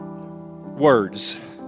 words